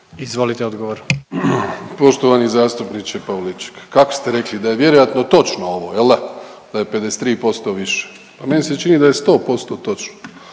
Andrej (HDZ)** Poštovani zastupniče Pavliček kako ste rekli da je vjerojatno točno ovo, jel' da, da je 53% više. Pa meni se čini da je 100% točno,